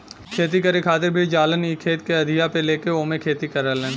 खेती करे खातिर भी जालन इ खेत के अधिया पे लेके ओमे खेती करलन